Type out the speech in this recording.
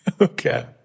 Okay